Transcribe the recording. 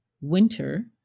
winter